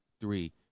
three